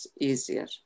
easier